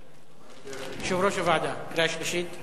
יושב-ראש הוועדה, קריאה שלישית?